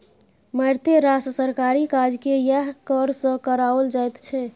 मारिते रास सरकारी काजकेँ यैह कर सँ कराओल जाइत छै